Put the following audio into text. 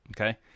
okay